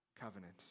covenant